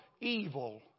evil